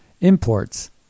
imports